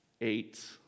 eight